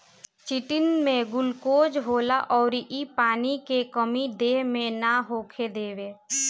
chitin में glucose होला अउर इ पानी के कमी देह मे ना होखे देवे